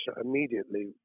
immediately